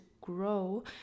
grow